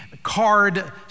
Card